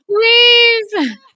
Please